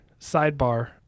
sidebar